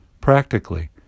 practically